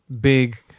big